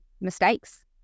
mistakes